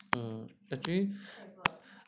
mm actually